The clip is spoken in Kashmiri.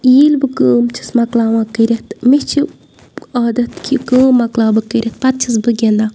ییٚلہِ بہٕ کٲم چھَس مۄکلاوان کٔرِتھ مےٚ چھِ عادت کہِ کٲم مۄکلاوٕ بہٕ کٔرِتھ پَتہٕ چھَس بہٕ گِنٛدان